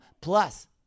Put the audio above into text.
plus